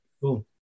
Cool